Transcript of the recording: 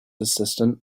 assistant